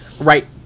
Right